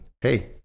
hey